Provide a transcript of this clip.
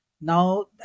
now